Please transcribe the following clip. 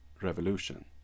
revolution